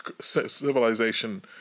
civilization